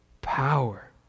power